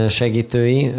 segítői